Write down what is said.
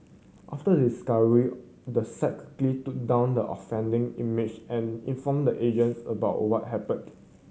after the discovery the site quickly took down the offending image and informed the agence about what happened